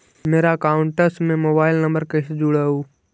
मेरा अकाउंटस में mobile number कैसे जुड़उ?